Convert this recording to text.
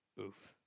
Oof